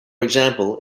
example